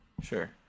Sure